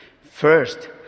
First